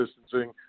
distancing